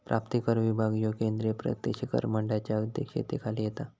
प्राप्तिकर विभाग ह्यो केंद्रीय प्रत्यक्ष कर मंडळाच्या अध्यक्षतेखाली येता